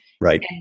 Right